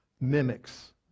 mimics